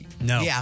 no